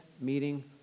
meeting